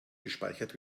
gespeichert